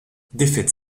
défaite